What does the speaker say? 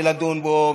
ולדון בו,